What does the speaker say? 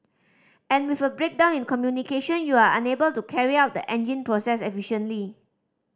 and with a breakdown in communication you are unable to carry out the engine process efficiently